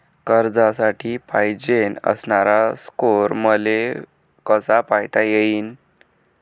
कर्जासाठी पायजेन असणारा स्कोर मले कसा पायता येईन?